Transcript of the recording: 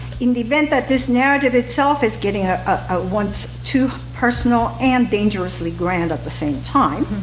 in the event that this narrative itself is getting ah ah once too personal and dangerously grand at the same time,